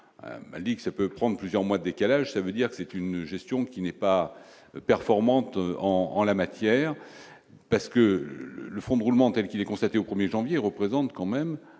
Malik, ça peut prendre plusieurs mois, décalage ça veut dire que c'est une gestion qui n'est pas performante en en la matière parce que le fonds de roulement telle qu'il est constaté au 1er janvier représente quand même